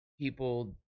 people